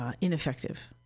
ineffective